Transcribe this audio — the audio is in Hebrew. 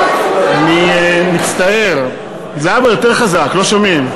אני מצטער, זהבה, יותר חזק, לא שומעים.